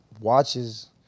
watches